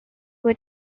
were